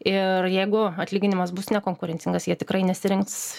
ir jeigu atlyginimas bus nekonkurencingas jie tikrai nesirinks